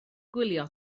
gwylio